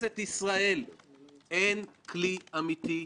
זה דבר שדחפתי אליו מיום הקמת הוועדה.